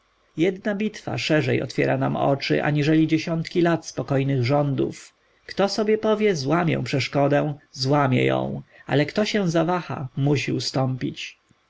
jedna bitwa szerzej otwiera nam oczy aniżeli dziesiątki lat spokojnych rządów kto sobie powie złamię przeszkodę złamie ją ale kto się zawaha musi ustąpić